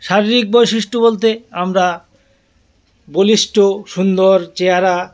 শারীরিক বৈশিষ্ট্য বলতে আমরা বলিষ্ঠ সুন্দর চেহারা